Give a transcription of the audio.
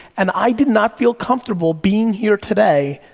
and i did not feel comfortable being here today